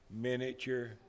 miniature